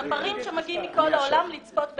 צפרים שמגיעים מכל העולם לצפות --- תודה.